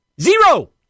zero